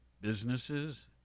businesses